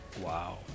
wow